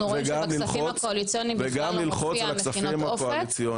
רואים שבכספים הקואליציוניים בכלל לא מופיע מכינות אופק.